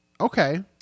okay